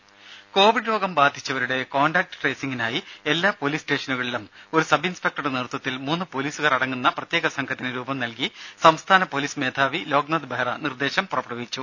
രുമ കോവിഡ് രോഗം ബാധിച്ചവരുടെ കോൺടാക്റ്റ് ട്രേസിങിനായി എല്ലാ പൊലീസ് സ്റ്റേഷനുകളിലും ഒരു സബ് ഇൻസ്പെക്റ്ററുടെ നേതൃത്വത്തിൽ മൂന്നു പോലീസുകാർ അടങ്ങുന്ന പ്രത്യേകസംഘത്തിന് രൂപം നൽകി സംസ്ഥാന പോലീസ് മേധാവി ലോക് നാഥ് ബെഹ്റ നിർദ്ദേശം പുറപ്പെടുവിച്ചു